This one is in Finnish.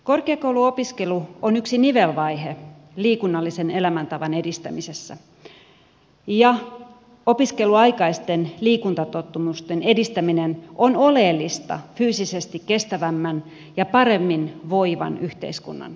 korkeakouluopiskelu on yksi nivelvaihe liikunnallisen elämäntavan edistämisessä ja opiskeluaikaisten liikuntatottumusten edistäminen on oleellista fyysisesti kestävämmän ja paremmin voivan yhteiskunnan rakentamisessa